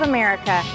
America